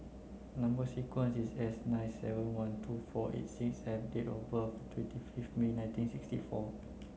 number sequence is S nine seven one two four eight six F and date of birth twenty fifth May nineteen sixty four